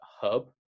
hub